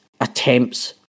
attempts